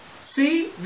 See